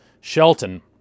Shelton